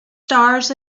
stars